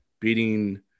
beating